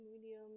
medium